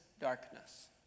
darkness